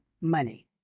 money